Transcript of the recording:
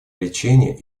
лечение